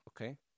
Okay